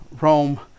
Rome